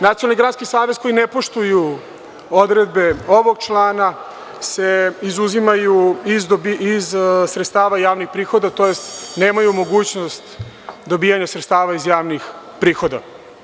Nacionalni granski savezi koji ne poštuju odredbe ovog člana se izuzimaju iz sredstava javnih prihoda, tj. nemaju mogućnost dobijanja sredstava iz javnih prihoda.